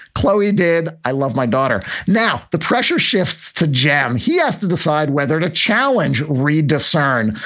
chloe did. i love my daughter. now the pressure shifts to jam. he has to decide whether to challenge reid discern.